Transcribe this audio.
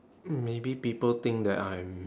mm maybe people think that I'm